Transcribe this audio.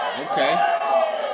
Okay